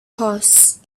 horse